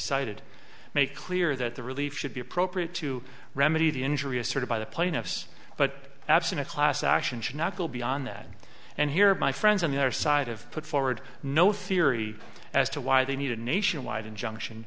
cited make clear that the relief should be appropriate to remedy the injury asserted by the plaintiffs but absent a class action should not go beyond that and here are my friends on the other side of put forward no theory as to why they need a nationwide injunction